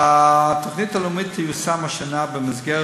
התוכנית הלאומית תיושם השנה במסגרת